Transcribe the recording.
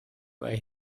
where